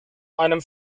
einem